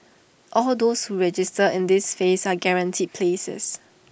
all those who register in this phase are guaranteed places